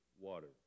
water